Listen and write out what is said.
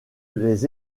les